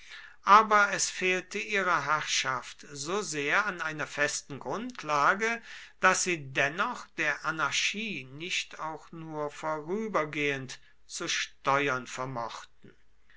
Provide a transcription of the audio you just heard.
aber es fehlte ihrer herrschaft so sehr an einer festen grundlage daß sie dennoch der anarchie nicht auch nur vorübergehend zu steuern vermochten